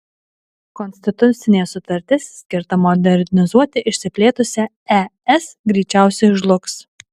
konstitucinė sutartis skirta modernizuoti išsiplėtusią es greičiausiai žlugs